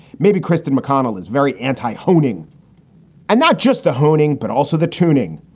maybe kristen mcconnell is very anti honing and not just the honing, but also the tuning.